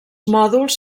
mòduls